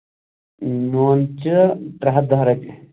نوٗن چہِ ترٛےٚ ہَتھ دَہ رۄپیہِ